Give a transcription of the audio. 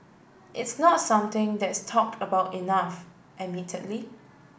it's not something that's talked about enough admittedly